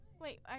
Wait